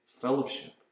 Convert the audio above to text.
fellowship